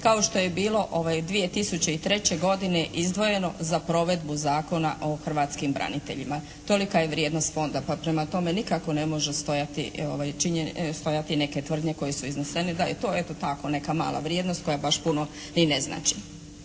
kao što je bilo 2003. godini izdvojeno za provedbu Zakona o hrvatskih braniteljima. Tolika je vrijednost Fonda. Pa prema tome nikako ne može stajati neke tvrdnje koje su iznesene da je to eto tako neka mala vrijednost koja baš puno ni znači.